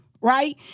right